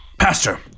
Pastor